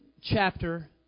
chapter